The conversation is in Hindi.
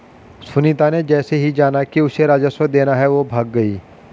सुनीता ने जैसे ही जाना कि उसे राजस्व देना है वो भाग गई